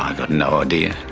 um got no idea.